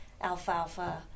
alfalfa